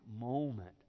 moment